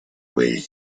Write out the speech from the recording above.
way